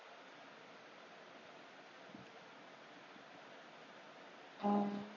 oh